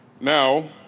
Now